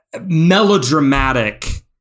melodramatic